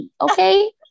okay